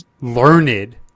learned